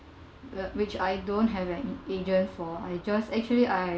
uh which I don't have an agent for I just actually I